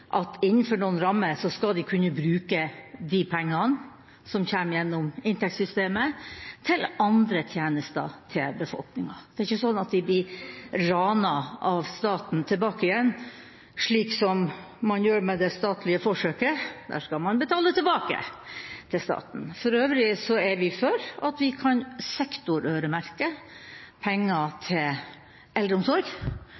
at innenfor noen rammer skal de kunne bruke de pengene som kommer gjennom inntektssystemet, til andre tjenester til befolkningen. Det er ikke sånn at de blir «ranet» av staten tilbake igjen, slik man gjør med det statlige forsøket – da skal man betale tilbake til staten. For øvrig er vi for å sektorøremerke penger